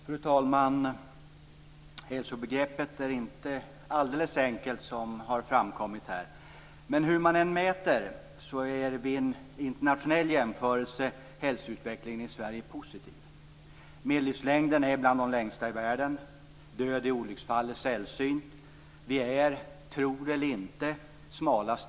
Fru talman! Hälsobegreppet är inte alldeles enkelt, vilket har framkommit här. Men hur man än mäter är hälsoutvecklingen i Sverige, vid en internationell jämförelse, positiv. Medellivslängden är bland de längsta i världen. Det är sällsynt med död i olycksfall.